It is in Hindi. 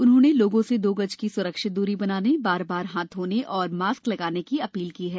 उन्होंने लोगों से दो गज की सुरक्षित दूरी बनाने बार बार हाथ धोने और मास्क लगाने की अपील की है